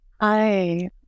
Hi